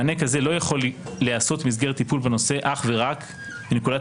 מענה כזה לא יכול להיעשות במסגרת טיפול בנושא אך ורק מנקודת